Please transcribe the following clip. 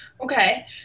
okay